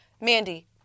Mandy